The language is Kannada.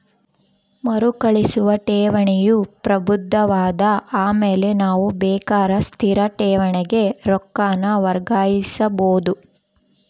ಮರುಕಳಿಸುವ ಠೇವಣಿಯು ಪ್ರಬುದ್ಧವಾದ ಆಮೇಲೆ ನಾವು ಬೇಕಾರ ಸ್ಥಿರ ಠೇವಣಿಗೆ ರೊಕ್ಕಾನ ವರ್ಗಾಯಿಸಬೋದು